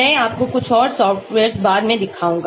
मैं आपको कुछ और सॉफ्टवेयर्स बाद में दिखाऊंगा